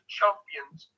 Champions